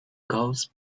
goes